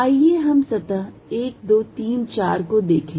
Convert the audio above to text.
आइए हम सतह 1 2 3 4 को देखें